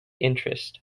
interest